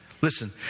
Listen